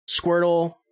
Squirtle